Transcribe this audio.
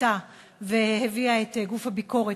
הגתה והביאה את גוף הביקורת,